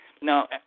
Now